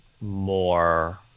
more